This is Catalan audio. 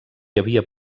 havia